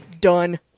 Done